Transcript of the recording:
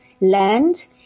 land